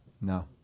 No